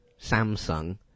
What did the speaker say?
Samsung